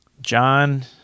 John